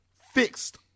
fixed